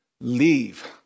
leave